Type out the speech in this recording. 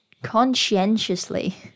Conscientiously